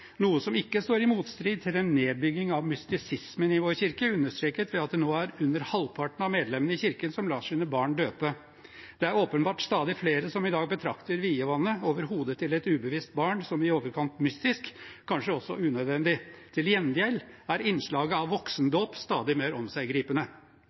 noe som ikke står i motstrid til den nedbygging av mystisismen i vår kirke – understreket ved at det nå er under halvparten av medlemmene i kirken som lar sine barn døpe. Det er åpenbart stadig flere som i dag betrakter vievannet over hodet til et ubevisst barn som i overkant mystisk og kanskje også unødvendig. Til gjengjeld er innslaget av